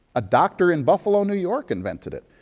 a doctor in buffalo, new york invented it.